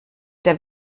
der